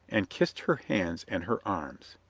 and kissed her hands and her arms.